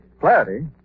Clarity